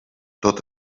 tot